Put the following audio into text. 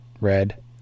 red